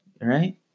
Right